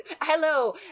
Hello